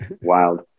wild